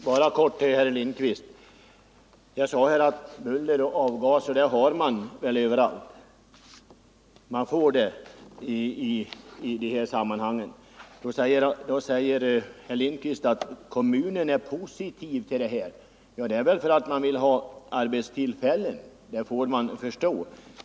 Herr talman! Jag vill helt kortfattat vända mig till herr Lindkvist. Jag framhöll att buller och avgaser förekommer överallt i dessa sammanhang. Då säger herr Lindkvist att Sigtuna kommun är positiv till en överflyttning av flyget från Bromma till Arlanda. Det är väl för att kommunen vill ha arbetstillfällen, det får man förstå.